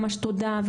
ממש תודה,